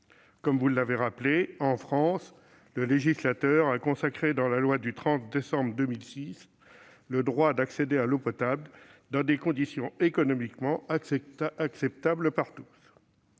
l'eau qu'il consomme. En France, le législateur a consacré dans la loi du 30 décembre 2006 « le droit d'accéder à l'eau potable dans des conditions économiquement acceptables par tous